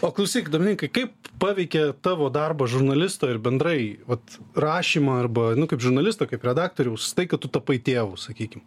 o klausyk domininkai kaip paveikė tavo darbą žurnalisto ir bendrai vat rašymą arba nu kaip žurnalisto kaip redaktoriaus tai kad tu tapai tėvu sakykim